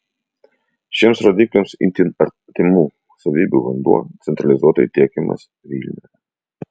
šiems rodikliams itin artimų savybių vanduo centralizuotai tiekiamas vilniuje